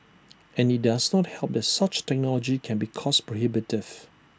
and IT does not help that such technology can be cost prohibitive